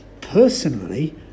personally